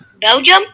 Belgium